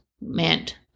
meant